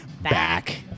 Back